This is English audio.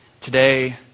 Today